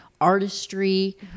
artistry